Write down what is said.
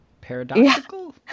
paradoxical